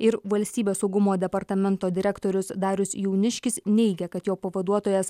ir valstybės saugumo departamento direktorius darius jauniškis neigia kad jo pavaduotojas